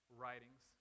writings